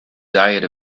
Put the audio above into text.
diet